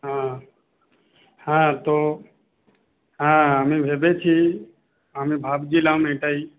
হ্যাঁ হ্যাঁ তো হ্যাঁ আমি ভেবেছি আমি ভাবছিলাম এটাই